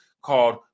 called